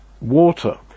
water